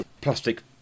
Plastic